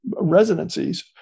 residencies